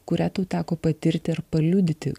kurią tau teko patirti ar paliudyti